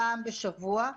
פעם בשבוע,